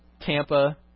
Tampa